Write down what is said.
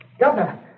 Governor